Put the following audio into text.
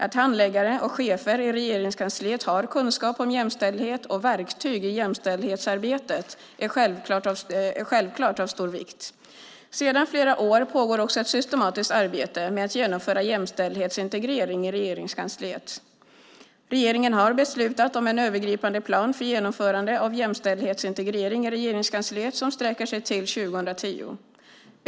Att handläggare och chefer i Regeringskansliet har kunskap om jämställdhet och verktyg i jämställdhetsarbetet är självklart av stor vikt. Sedan flera år pågår också ett systematiskt arbete med att genomföra jämställdhetsintegrering i Regeringskansliet. Regeringen har beslutat om en övergripande plan för genomförande av jämställdhetsintegrering i Regeringskansliet som sträcker sig till 2010.